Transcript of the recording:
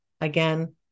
again